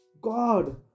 god